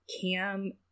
Cam